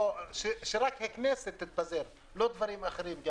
שרק הכנסת תתפזר ולא דברים אחרים.